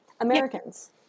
Americans